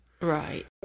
Right